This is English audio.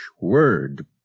word